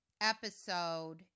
episode